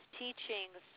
teachings